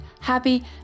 happy